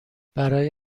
برای